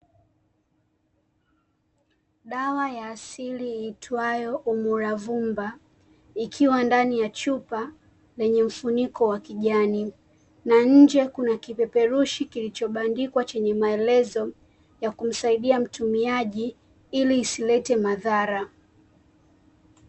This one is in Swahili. Dawa ya asili iitwayo "UMURAVUMBA" ikiwa ndani ya chupa yenye mfuniko wa kijani, na nje kuna kipeperushi kilichobandikwa chenye maelezo ya kumsaidia mtumiaji ili isilete madhara.